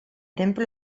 templo